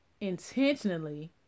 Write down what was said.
intentionally